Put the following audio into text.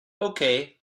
okay